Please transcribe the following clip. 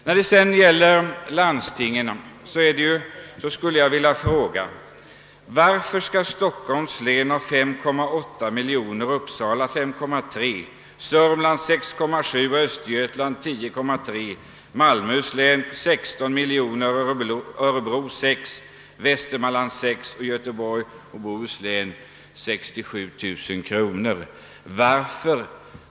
Vad sedan landstingen beträffar vin jag fråga: Varför skall Stockholms län ha ett bidrag på 5,8 miljoner, Uppsala län 5,3 miljoner, Sörmlands län 6,7 miljoner, Östergötlands län 10,3 miljoner, Malmöhus län 16 miljoner, Örebro län 6 miljoner och Västmanlands län 6 miljoner samt Göteborgs och Bohus län 67 000 kronor?